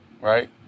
right